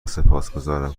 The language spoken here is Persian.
سپاسگذارم